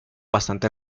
bastante